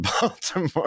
Baltimore